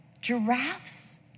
Giraffes